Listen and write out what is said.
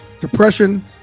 Depression